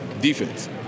Defense